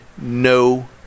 no